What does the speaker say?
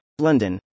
London